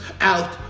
out